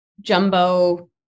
jumbo